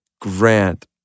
Grant